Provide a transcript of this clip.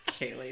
Kaylee